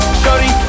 shorty